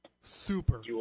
Super